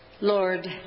Lord